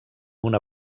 una